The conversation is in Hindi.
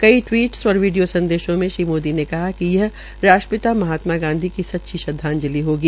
कई टिवीटस और वीडियों संदेशों में श्री मोदी ने कहा कि यह राष्ट्रपिता महात्मा गांधी की सच्ची श्रद्वाजंलि होगी